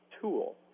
tool